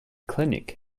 clinic